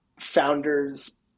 founders